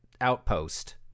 outpost